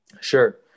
Sure